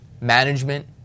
management